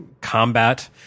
combat